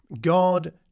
God